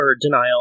denial